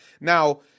Now